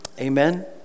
Amen